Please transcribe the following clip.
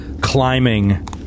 climbing